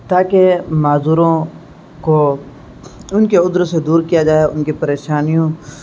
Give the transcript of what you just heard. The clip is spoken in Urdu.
تاکہ معذوروں کو ان کے عدر سے دور کیا جائے ان کی پریشانیوں